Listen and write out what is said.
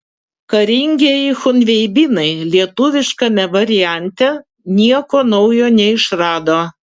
karingieji chunveibinai lietuviškame variante nieko naujo neišrado